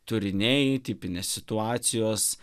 turiniai tipinės situacijos